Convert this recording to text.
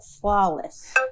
flawless